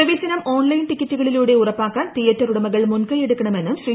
പ്രവേശനം ഓൺലൈൻ ടിക്കറ്റുകളിലൂടെ ഉറപ്പാക്കാൻ തിയേറ്റർ ഉടമകൾ മുൻകൈ എടുക്കണമെന്നും ശ്രീ